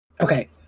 Okay